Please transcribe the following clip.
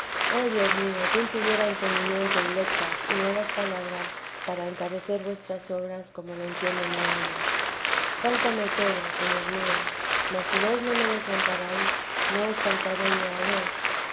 oh dios mío quién tuviera entendimiento y letras y nuevas palabras para encarecer vuestras obras como lo entiende mi alma fáltame todo señor mío mas si vos no me desamparáis no os faltaré yo a vos